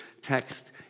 text